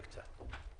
בבקשה.